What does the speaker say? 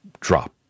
drop